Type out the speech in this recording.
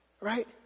right